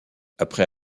après